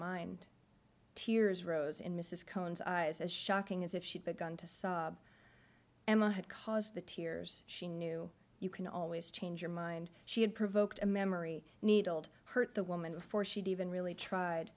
mind tears rose in mrs cohn's eyes as shocking as if she'd begun to sob emma had caused the tears she knew you can always change your mind she had provoked a memory needled hurt the woman before she'd even really tried